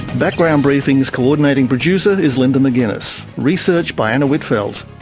background briefing's co-ordinating producer is linda mcginness, research by anna whitfeld,